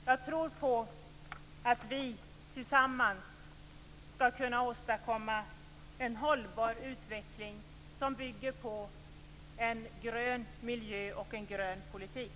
Jag tror på att vi tillsammans skall kunna åstadkomma en hållbar utveckling som bygger på en grön miljö och en grön politik.